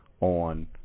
on